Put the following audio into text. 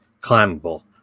climbable